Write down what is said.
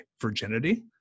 virginity